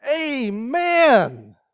Amen